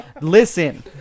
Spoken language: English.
Listen